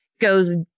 goes